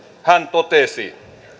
hän totesi